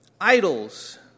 Idols